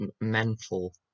mental